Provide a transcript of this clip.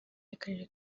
y’akarere